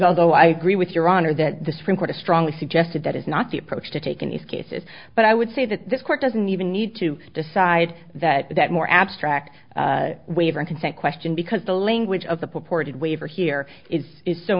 although i agree with your honor that the supreme court is strongly suggested that is not the approach to take and use cases but i would say that the court doesn't even need to decide that that more abstract waiver consent question because the language of the purported waiver here is is so